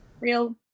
real